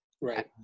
right